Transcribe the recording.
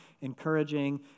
encouraging